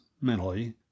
mentally